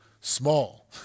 small